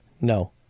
No